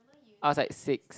I was like six